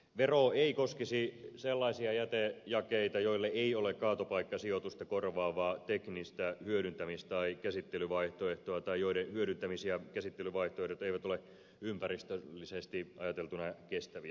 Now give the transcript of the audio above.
vero ei koskisi sellaisia jätejakeita joille ei ole kaatopaikkasijoitusta korvaavaa teknistä hyödyntämis tai käsittelyvaihtoehtoa tai joiden hyödyntämis tai käsittelyvaihtoehdot eivät ole ympäristöllisesti ajateltuna kestäviä